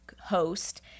Host